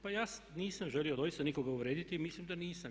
Pa ja nisam želio doista nikoga uvrijediti, mislim da nisam.